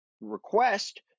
request